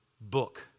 book